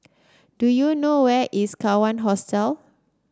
do you know where is Kawan Hostel